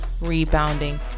rebounding